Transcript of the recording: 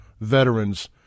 veterans